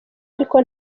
ariko